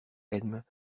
edme